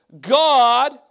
God